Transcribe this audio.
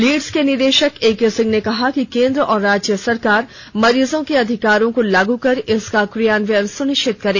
Leeds के निदेशक A K Singh ने कहा कि केन्द्र व राज्य सरकार मरीजों के अधिकारों को लागू कर इसका क्रियान्वयन सुनिश्चित करे